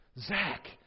Zach